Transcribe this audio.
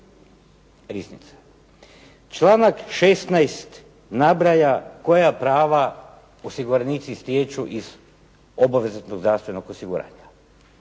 riznice. Članak 16. nabraja koja prava osiguranici stječu iz obaveznog zdravstvenog osiguranja